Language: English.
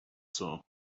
saw